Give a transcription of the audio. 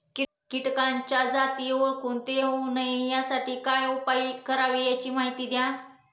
किटकाच्या जाती ओळखून ते होऊ नये यासाठी काय उपाय करावे याची माहिती द्या